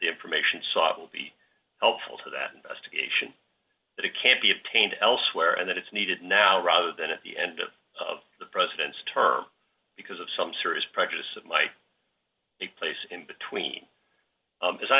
information sought will be helpful to that investigation that it can't be obtained elsewhere and that it's needed now rather than at the end of the president's term because of some serious practice it might take place in between